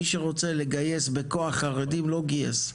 מי שרצה לגייס חרדים בכוח לא גייס.